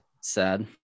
Sad